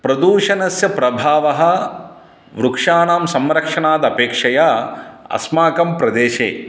प्रदूषणस्य प्रभावः वृक्षाणां संरक्षणाद् अपेक्षया अस्माकं प्रदेशे